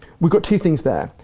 we get two things there,